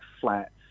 flat